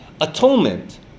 atonement